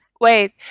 wait